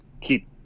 keep